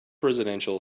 residential